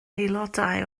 aelodau